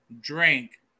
drink